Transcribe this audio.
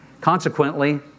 Consequently